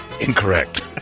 Incorrect